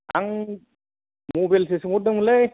आं मबाइलसो सोंहरदोंमोनलै